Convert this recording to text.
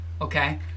Okay